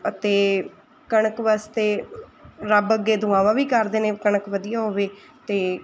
ਅਤੇ ਕਣਕ ਵਾਸਤੇ ਰੱਬ ਅੱਗੇ ਦੁਆਵਾਂ ਵੀ ਕਰਦੇ ਨੇ ਕਣਕ ਵਧੀਆ ਹੋਵੇ ਅਤੇ